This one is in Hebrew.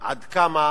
עד כמה